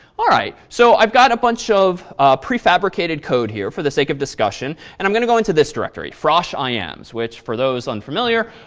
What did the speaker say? all right. so, i've got a bunch of prefabricated code here for the sake of discussion. and i'm going to go into this directory, frosh ah ims, which for those unfamiliar,